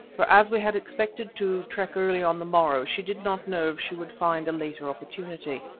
for as we had expected to trek early on the morrow she did not know if she would find a later opportunity.